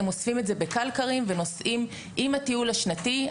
הם אוספים את זה בקלקרים ונוסעים עם הטיול השנתי.